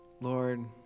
Lord